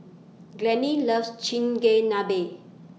Glennie loves Chigenabe